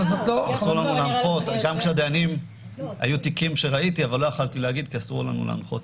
היו תיקים שראיתי אבל לא יכולתי להגיד כי אסור לנו להנחות.